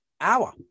hour